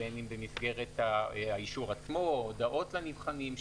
בין אם במסגרת האישור עצמו ובין אם באמצעות הודעות לנבחנים,